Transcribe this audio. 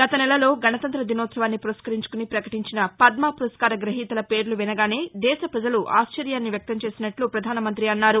గత నెలలో గణతంత్ర దినోత్సవాన్ని పురస్కరించుకుని పకటించిన పద్మ పురస్కార గ్రహీతల పేర్లు వినగానే దేశ ప్రజలు ఆశ్చర్యాన్ని వ్యక్తం చేసినట్ల ప్రధానమంతి అన్నారు